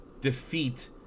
defeat